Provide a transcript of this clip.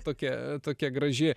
tokia tokia graži